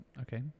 Okay